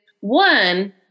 One